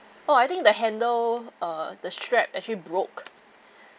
oh I think the handle uh the strap actually broke